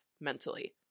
mentally